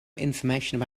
information